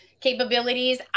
capabilities